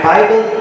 Bible